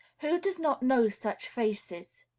who does not know such faces?